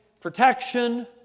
protection